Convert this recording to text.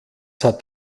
hat